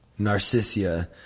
Narcissia